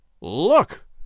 Look